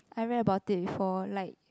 I read about it before like